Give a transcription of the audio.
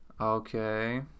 Okay